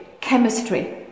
chemistry